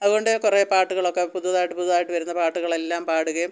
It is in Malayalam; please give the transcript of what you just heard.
അതുകൊണ്ട് കുറേ പാട്ടുകളൊക്കെ പുതുതായിട്ട് പുതുതായിട്ട് വരുന്ന പാട്ടുകളെല്ലാം പാടുകയും